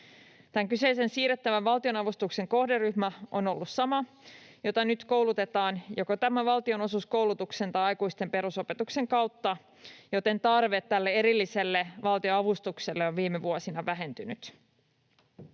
Tämän kyseisen siirrettävän valtionavustuksen kohderyhmä on ollut sama, jota nyt koulutetaan joko tämän valtionosuuskoulutuksen tai aikuisten perusopetuksen kautta, joten tarve tälle erilliselle valtionavustukselle on viime vuosina vähentynyt.